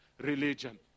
religion